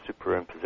superimposition